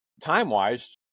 time-wise